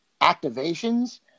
activations